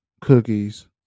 Cookies